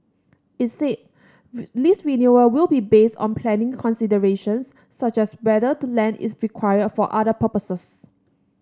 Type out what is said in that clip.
it said lease renewal will be based on planning considerations such as whether the land is required for other purposes